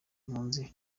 impunzi